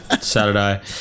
Saturday